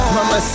Mama